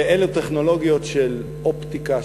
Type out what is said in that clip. ואלה טכנולוגיות של אופטיקה,